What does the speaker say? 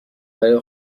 برای